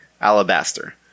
alabaster